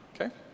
Okay